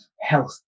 health